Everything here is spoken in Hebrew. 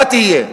מה תהיה?